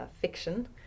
fiction